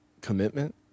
commitment